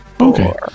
Okay